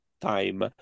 time